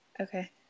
okay